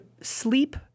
Sleep